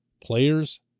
Players